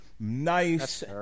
Nice